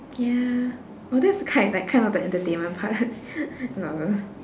ya oh that's kind like kind of the entertainment part lol